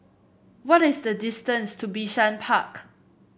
what is the distance to Bishan Park